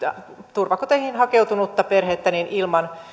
turvakoteihin hakeutunutta perhettä ilman